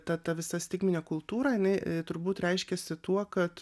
ta ta visa stigminė kultūra jinai turbūt reiškiasi tuo kad